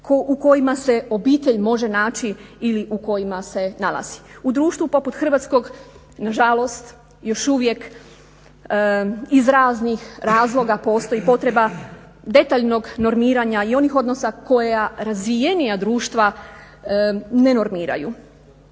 u kojima se obitelj može naći ili u kojima se nalazi. U društvu poput hrvatskog na žalost još uvijek iz raznih razloga postoji potreba detaljnog normiranja i onih odnosa koja razvijenija društva ne normiraju.